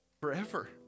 forever